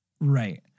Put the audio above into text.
Right